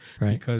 right